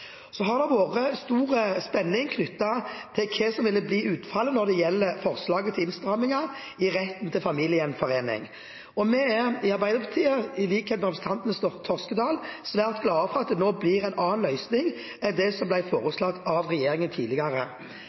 Så har det vært stor spenning knyttet til hva som ville bli utfallet når det gjelder forslaget til innstramminger i retten til familiegjenforening. Vi i Arbeiderpartiet er, i likhet med representanten Toskedal, svært glade for at det nå blir en annen løsning enn det som ble foreslått av regjeringen tidligere.